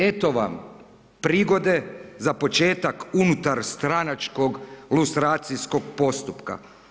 Eto vam prigode za početak unutarstranačkog lustracijskog postupka.